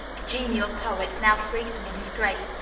the genial poet, now sleeping in his grave,